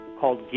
called